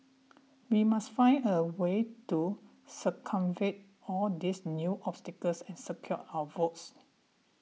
we must find a way to circumvent all these new obstacles and secure our votes